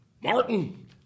Martin